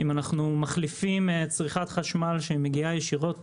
אם אנחנו מחליפים צריכת חשמל שמגיעה ישירות